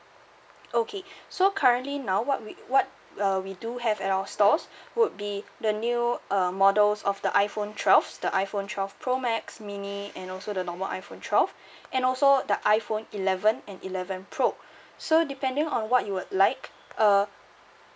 okay so currently now what we what uh we do have at our stores would be the new uh models of the iphone twelve the iphone twelve pro max mini and also the normal iphone twelve and also the iphone eleven and eleven pro so depending on what you would like uh